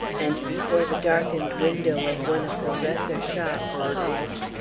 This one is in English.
and before the darkened window of one of the lesser shops paused,